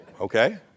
Okay